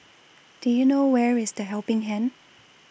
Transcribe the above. Do YOU know Where IS The Helping Hand